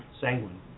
sanguine